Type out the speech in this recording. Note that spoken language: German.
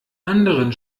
anderen